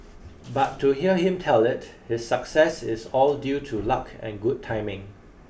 but to hear him tell it the success is all due to luck and good timing